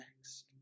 next